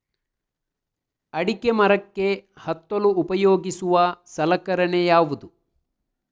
ಅಡಿಕೆ ಮರಕ್ಕೆ ಹತ್ತಲು ಉಪಯೋಗಿಸುವ ಸಲಕರಣೆ ಯಾವುದು?